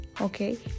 Okay